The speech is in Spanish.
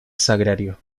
sagrario